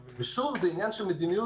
שוב, זה עניין של מדיניות.